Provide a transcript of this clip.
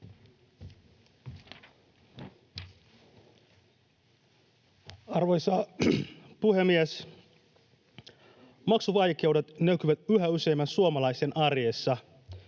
Arvoisa puhemies! Maksuvaikeudet näkyvät yhä useamman suomalaisen arjessa.